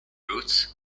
root